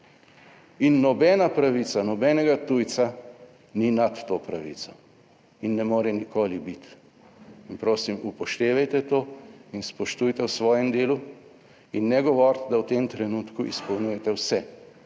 in nobena pravica nobenega tujca ni nad to pravico in ne more nikoli biti. Prosim upoštevajte to in spoštujte v svojem delu in ne govoriti, da v tem trenutku izpolnjujete vse.